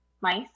Mice